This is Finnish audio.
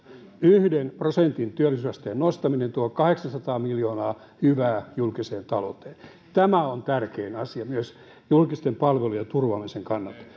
yhden prosentin työllisyysasteen nostaminen tuo kahdeksansataa miljoonaa hyvää julkiseen talouteen tämä on tärkein asia myös julkisten palvelujen turvaamisen kannalta